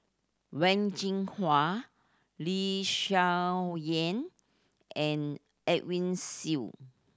Wen Jinhua Lee Hsien Yang and Edwin Siew